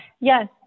Yes